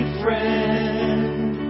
friend